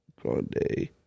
Grande